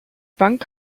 bank